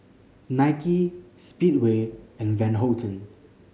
Nike Speedway and Van Houten